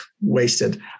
wasted